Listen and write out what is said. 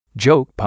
Joke